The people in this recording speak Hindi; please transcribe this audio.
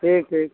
ठीक ठीक